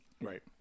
Right